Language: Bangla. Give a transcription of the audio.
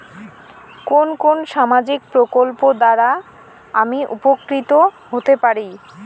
কোন কোন সামাজিক প্রকল্প দ্বারা আমি উপকৃত হতে পারি?